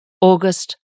August